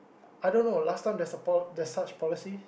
I don't know last time there's a pol~ there's such policy